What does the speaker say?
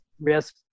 risk